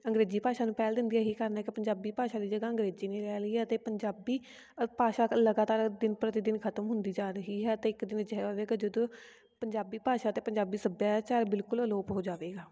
ਅੰਗਰੇਜ਼ੀ ਭਾਸ਼ਾ ਨੂੰ ਪਹਿਲ ਦਿੰਦੀ ਹੈ ਇਹੀ ਕਾਰਨ ਹੈ ਕਿ ਪੰਜਾਬੀ ਭਾਸ਼ਾ ਦੀ ਜਗ੍ਹਾ ਅੰਗਰੇਜ਼ੀ ਨੇ ਲੈ ਲਈ ਹੈ ਅਤੇ ਪੰਜਾਬੀ ਭਾਸ਼ਾ ਲਗਾਤਾਰ ਦਿਨ ਪ੍ਰਤੀ ਦਿਨ ਖਤਮ ਹੁੰਦੀ ਜਾ ਰਹੀ ਹੈ ਅਤੇ ਇੱਕ ਦਿਨ ਅਜਿਹਾ ਆਵੇਗਾ ਜਦੋਂ ਪੰਜਾਬੀ ਭਾਸ਼ਾ ਅਤੇ ਪੰਜਾਬੀ ਸੱਭਿਆਚਾਰ ਬਿਲਕੁਲ ਅਲੋਪ ਹੋ ਜਾਵੇਗਾ